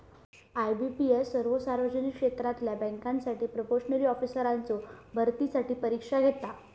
IBPS सर्वो सार्वजनिक क्षेत्रातला बँकांसाठी प्रोबेशनरी ऑफिसर्सचो भरतीसाठी परीक्षा घेता